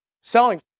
Selling